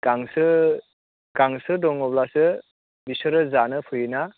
गांसो गांसो दङब्लासो बिसोरो जानो फैयो ना